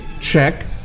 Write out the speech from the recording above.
check